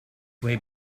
way